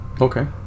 Okay